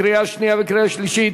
קריאה שנייה וקריאה שלישית.